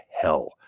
hell